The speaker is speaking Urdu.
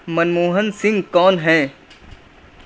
منموہن سنگھ کون ہیں